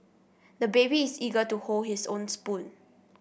the baby is eager to hold his own spoon